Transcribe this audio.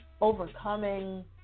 overcoming